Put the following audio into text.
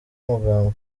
amagambo